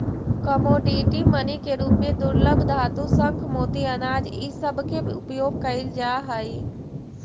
commodity money के रूप में दुर्लभ धातु शंख मोती अनाज इ सब के उपयोग कईल जा हई